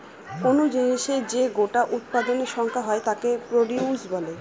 কোন জিনিসের যে গোটা উৎপাদনের সংখ্যা হয় তাকে প্রডিউস বলে